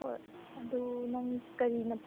ꯍꯣꯏ ꯑꯗꯨ ꯅꯪ ꯀꯔꯤꯅ